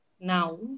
now